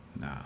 Nah